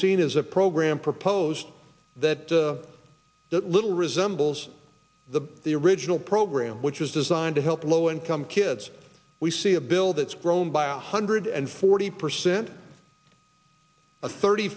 seen is a program proposed that that little resembles the the original program which was designed to help low income kids we see a bill that's grown by a hundred and forty percent a thirty